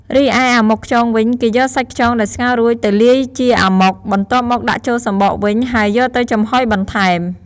រីឯអាម៉ុកខ្យងវិញ គេយកសាច់ខ្យងដែលស្ងោររួចទៅលាយជាអាម៉ុក បន្ទាប់មកដាក់ចូលសំបកវិញហើយយកទៅចំហុយបន្ថែម។